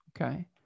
okay